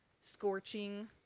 scorching